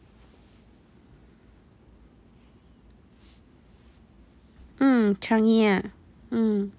mm changi ah mm